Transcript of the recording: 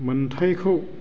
मोनथायखौ